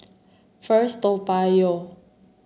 First Toa Payoh